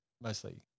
mostly